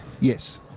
Yes